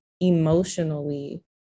emotionally